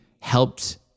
helped